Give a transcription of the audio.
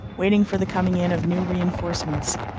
waiting for the coming in of new re-enforcements,